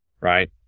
right